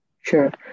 Sure